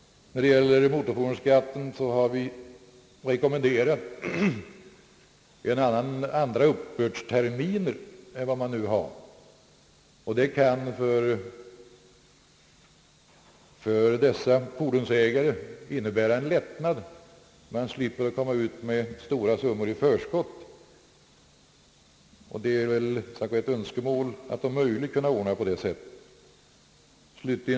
När det gäller motorfordonsskatten — som måste sägas vara betungande — har vi rekommenderat andra uppbördsterminer än dem vi nu har, Detta kan för fordonsägarna innebära en lättnad. De slipper lägga ut stora summor i förskott, och det är väl ett önskemål som bör tillgodoses om det är möjligt.